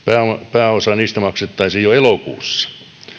pääosa niistä maksettaisiin jo elokuussa